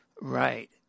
Right